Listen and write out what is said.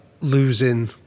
losing